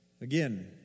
Again